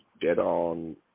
dead-on